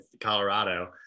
colorado